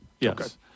Yes